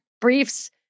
briefs